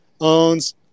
owns